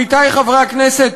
עמיתי חברי הכנסת,